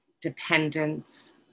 dependence